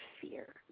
fear